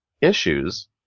issues